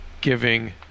giving